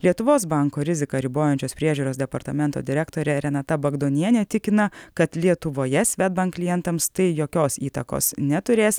lietuvos banko riziką ribojančios priežiūros departamento direktorė renata bagdonienė tikina kad lietuvoje svedbank klientams tai jokios įtakos neturės